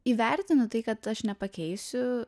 įvertinu tai kad aš nepakeisiu